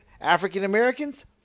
African-Americans